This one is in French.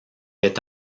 est